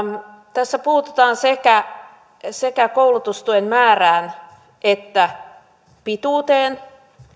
tässä puututaan sekä sekä koulutustuen määrään että pituuteen